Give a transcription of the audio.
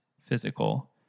physical